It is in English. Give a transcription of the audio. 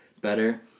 better